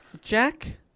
Jack